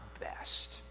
best